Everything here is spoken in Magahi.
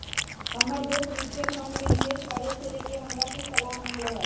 हमर दोस म्यूच्यूअल फंड में निवेश करे से लेके हमरा से सलाह मांगलय ह